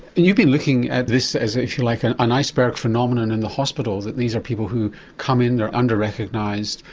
you've been looking at this as, if you like, an an iceberg phenomenon in the hospitals, that these are people who come in, they're under-recognised,